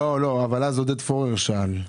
אבל אז עודד פורר שאל.